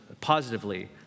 positively